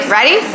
Ready